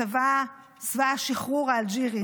צבא השחרור האלג'ירי,